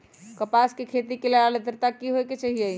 कपास के खेती के लेल अद्रता की होए के चहिऐई?